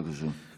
בבקשה.